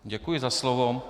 Děkuji za slovo.